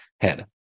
head